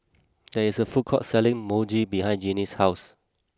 there is a food court selling Mochi behind Genie's house